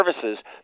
services